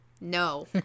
No